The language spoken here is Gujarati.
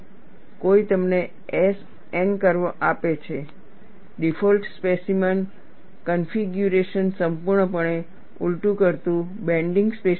કોઈ તમને S N કર્વ આપે છે ડિફૉલ્ટ સ્પેસીમેન કનફિગ્યુરેશન સંપૂર્ણપણે ઉલટું ફરતું બેન્ડિંગ સ્પેસીમેન છે